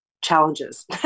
challenges